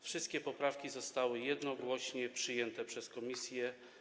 Wszystkie poprawki zostały jednogłośnie przyjęte przez komisję.